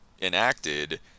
enacted